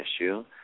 issue